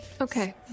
Okay